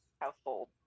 household